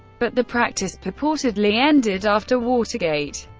but the practice purportedly ended after watergate.